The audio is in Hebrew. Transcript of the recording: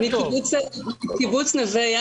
נכון.